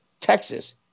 Texas